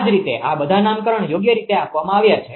આ જ રીતે આ બધા નામકરણ યોગ્ય રીતે આપવામાં આવ્યા છે